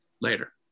Later